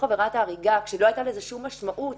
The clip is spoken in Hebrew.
עבירת הריגה כשלא הייתה לזה שום משמעות,